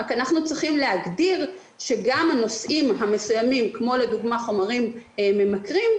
רק אנחנו צריכים להגדיר שגם הנושאים המסוימים כמו לדוגמא חומרים ממכרים,